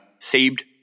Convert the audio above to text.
saved